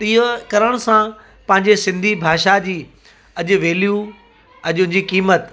इहो करण सां पंहिंजे सिंधी भाषा जी अॼु वैल्यू अॼु जी क़ीमत